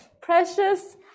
precious